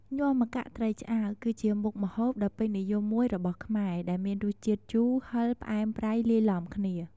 ញាំម្កាក់ត្រីឆ្អើរ គឺជាមុខម្ហូបដ៏ពេញនិយមមួយរបស់ខ្មែរ ដែលមានរសជាតិជូរ ហឹរ ផ្អែម ប្រៃ លាយឡំគ្នា។